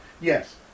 Yes